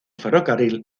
ferrocarril